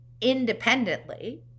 independently